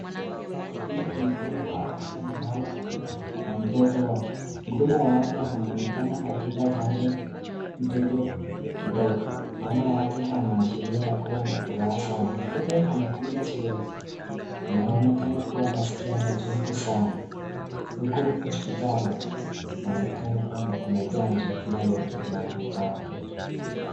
Huyu ni mhudumu wa afya na mama na mtoto wake, mhudumu wa afya anaonekana akipa chanjo mtoto mdogo, mama yake anaashiria yakuwa na furaha sana. Mtoto amekunja sura, anaonekana kuwa anaskia machungu sana, huku ni hosiptali, panaonekana kwambq kuna chanjo inayoendelea ya watoto.